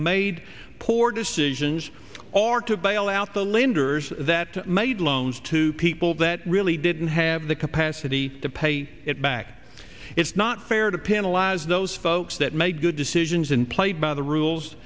made poor decisions or to bail out the lenders that made loans to people that really didn't have the capacity to pay it back it's not fair to penalize those folks that make good decisions and play by the rules